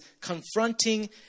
confronting